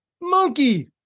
Monkey